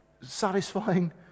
satisfying